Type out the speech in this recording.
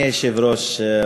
אדוני היושב-ראש,